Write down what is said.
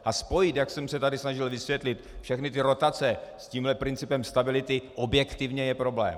A spojit, jak jsem se tady snažil vysvětlit, všechny ty rotace s tímhle principem stability, objektivně je problém.